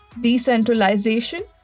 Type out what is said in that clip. decentralization